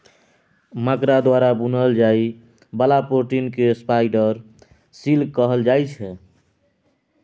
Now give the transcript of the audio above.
मकरा द्वारा बुनल जाइ बला प्रोटीन केँ स्पाइडर सिल्क कहल जाइ छै